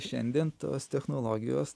šiandien tos technologijos